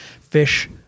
fish